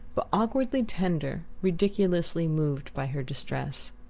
but awkwardly tender, ridiculously moved by her distress.